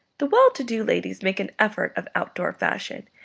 the well-to-do ladies make an effect of outdoor fashion,